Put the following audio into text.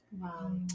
Wow